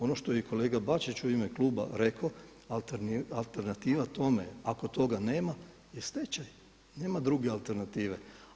Ono što je kolega Bačić u ime kluba rekao, alternativa tome ako toga nema je stečaj i nema druge alternative.